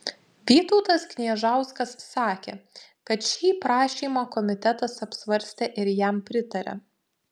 vytautas kniežauskas sakė kad šį prašymą komitetas apsvarstė ir jam pritarė